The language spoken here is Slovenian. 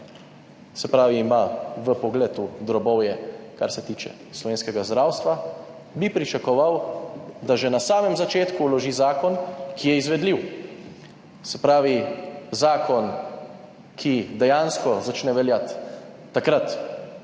se pravi, imajo vpogled v drobovje, kar se tiče slovenskega zdravstva, bi pričakoval, da že na samem začetku vloži zakon, ki je izvedljiv, se pravi zakon, ki dejansko začne veljati takrat.